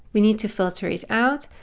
we need to filter it out.